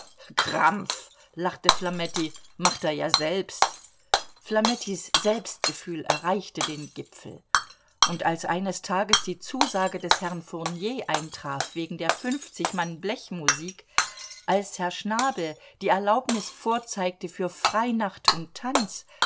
krampf lachte flametti macht er ja selbst flamettis selbstgefühl erreichte den gipfel und als eines tages die zusage des herrn fournier eintraf wegen der fünfzig mann blechmusik als herr schnabel die erlaubnis vorzeigte für freinacht und tanz